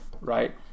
Right